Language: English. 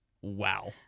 Wow